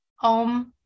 Om